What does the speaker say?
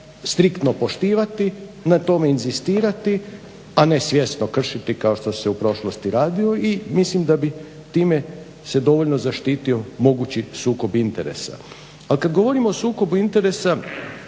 striktno poštivati, na tome inzistirati, a ne svjesno kršiti kao što se u prošlosti radilo. I mislim da bi time se dovoljno zaštitio mogući sukob interesa. Ali kad govorim o sukobu interesa